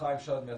חיים שדמי,